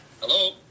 Hello